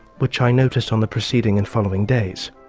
which i noticed on the preceding and following days.